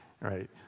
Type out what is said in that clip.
right